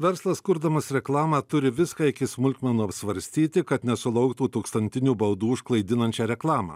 verslas kurdamas reklamą turi viską iki smulkmenų apsvarstyti kad nesulauktų tūkstantinių baudų už klaidinančią reklamą